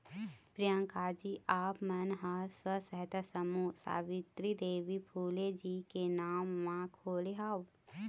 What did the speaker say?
प्रियंकाजी आप मन ह स्व सहायता समूह सावित्री देवी फूले जी के नांव म खोले हव